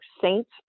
saints